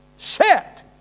set